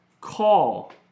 call